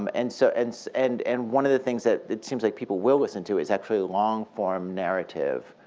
um and so and so and and one of the things that it seems like people will listen to is actually long form narrative.